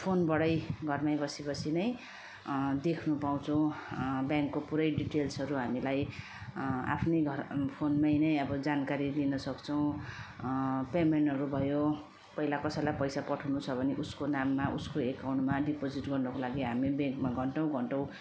फोनबाटै घरमै बसी बसी नै देख्नु पाउँछौँ ब्याङ्कको पुरै डिटेल्सहरू हामीलाई आफ्नै घर फोनमै नै अब जानकारी लिन सक्छौँ पेमेन्टहरू भयो पहिला कसैलाई पैसा पठाउनु छ भने उसको नाममा उसको अकाउन्टमा डिपोजिट गर्नको लागि हामी ब्याङ्कमा घन्टौँ घन्टौँ